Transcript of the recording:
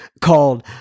called